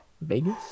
vegas